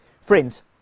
Friends